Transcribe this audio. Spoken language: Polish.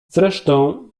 zresztą